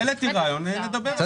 העליתי רעיון, נדבר עליו.